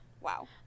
wow